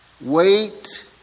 wait